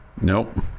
Nope